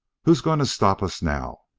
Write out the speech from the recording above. who's going to stop us now?